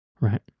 right